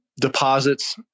deposits